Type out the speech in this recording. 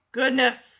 goodness